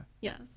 Yes